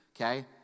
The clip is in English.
Okay